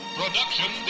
production